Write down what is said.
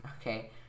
Okay